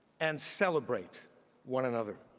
and celebrate one another.